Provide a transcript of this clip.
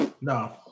No